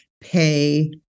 pay